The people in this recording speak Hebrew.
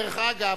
דרך אגב,